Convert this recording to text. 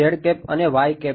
ત્યાં ફક્ત અને છે